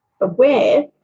aware